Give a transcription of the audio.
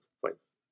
place